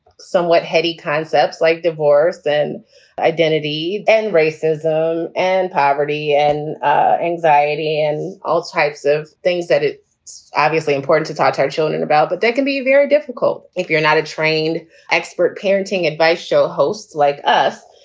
somewhat heady concepts like divorce and identity and racism and poverty and ah anxiety and all types of things that it's obviously important to talk to our children about. but they can be very difficult if you're not a trained expert. parenting advice show hosts like us.